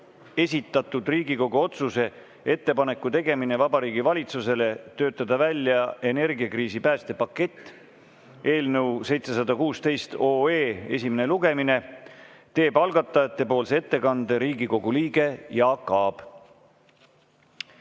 esitatud Riigikogu otsuse "Ettepaneku tegemine Vabariigi Valitsusele töötada välja energiakriisi päästepakett" eelnõu 716 esimene lugemine, teeb algatajate nimel ettekande Riigikogu liige Jaak Aab.